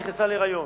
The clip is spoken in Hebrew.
נכנסה להיריון,